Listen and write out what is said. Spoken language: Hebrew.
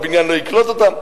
הבניין לא יקלוט אותן.